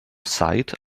sight